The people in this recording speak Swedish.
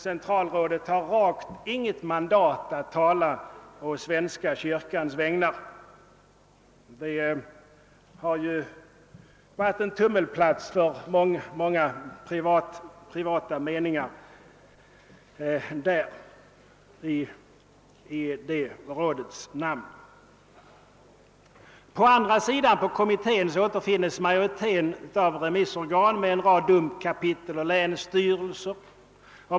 Centralrådet har rakt inget mandat att tala å svenska kyrkans vägnar. Rådet har ju varit en tummelplats för många privata meningar. På den andra sidan återfinns majoriteten av remissorganen med en rad domkapitel och länsstyrelser.